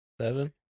seven